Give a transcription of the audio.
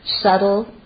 Subtle